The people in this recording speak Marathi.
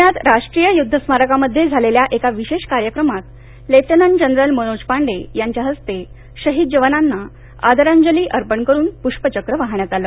पुण्यात राष्ट्रीय युद्ध स्मारकामध्ये झालेल्या एका विशेष कार्यक्रमात लेफ्टनंट जनरल मनोज पांडे यांच्या हस्ते शहीद जवानांना आदरांजली अर्पण करून पुष्पचक्र वाहण्यात आलं